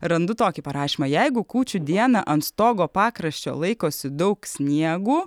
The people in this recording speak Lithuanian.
randu tokį parašymą jeigu kūčių dieną ant stogo pakraščio laikosi daug sniegų